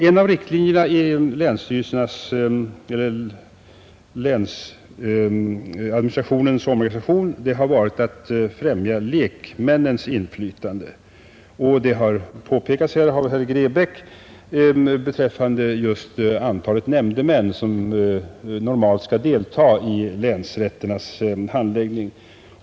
En av riktlinjerna i länsadministrationens omorganisation har varit att främja lekmännens inflytande. Det har påpekats här av herr Grebäck beträffande just antalet nämndemän som normalt skall delta i länsrätternas handläggning.